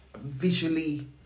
visually